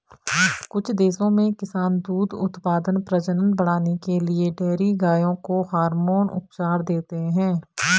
कुछ देशों में किसान दूध उत्पादन, प्रजनन बढ़ाने के लिए डेयरी गायों को हार्मोन उपचार देते हैं